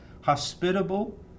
hospitable